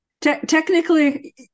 Technically